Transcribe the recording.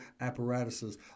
apparatuses